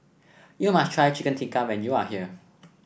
you must try Chicken Tikka when you are here